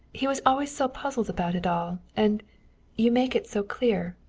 he was always so puzzled about it all. and you make it so clear.